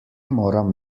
moram